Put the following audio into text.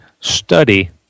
study